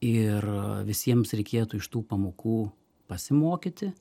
ir visiems reikėtų iš tų pamokų pasimokyti